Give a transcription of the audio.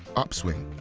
upswing.